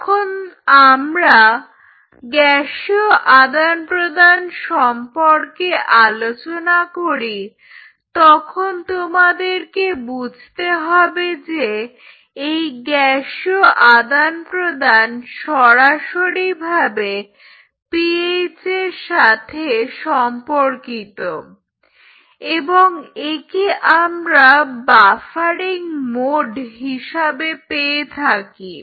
যখন আমরা গ্যাসীয় আদান প্রদান সম্পর্কে আলোচনা করি তখন তোমাদেরকে বুঝতে হবে যে এই গ্যাসীয় আদান প্রদান সরাসরিভাবে পিএইচের সাথে সম্পর্কিত এবং একে আমরা বাফারিংয়ের মোড হিসেবে পেয়ে থাকি